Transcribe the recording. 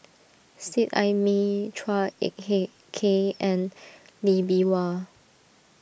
Seet Ai Mee Chua Ek hey Kay and Lee Bee Wah